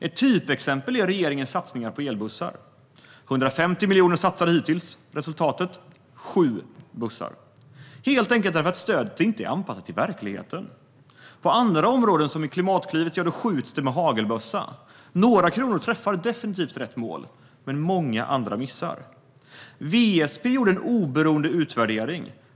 Ett typexempel är regeringens satsning på elbussar. 150 miljoner har satsats hittills - resultatet är sju bussar. Detta beror helt enkelt på att stödet inte är anpassat till verkligheten. På andra områden, som i Klimatklivet, skjuts det med hagelbössa. Några kronor träffar rätt, men många andra missar målet. WSP gjorde en oberoende utvärdering.